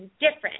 different